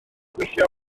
gweithio